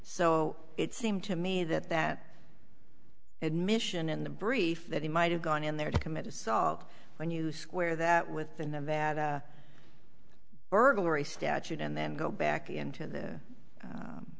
so it seemed to me that that admission in the brief that he might have gone in there to commit assault when you square that with the nevada burglary statute and then go back into the